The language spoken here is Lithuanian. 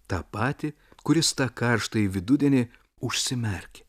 tą patį kuris tą karštąjį vidudienį užsimerkė